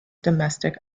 domestic